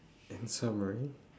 in summary